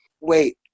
Wait